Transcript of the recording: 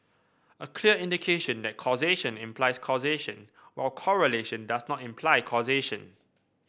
a clear indication that causation implies causation while correlation does not imply causation